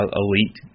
elite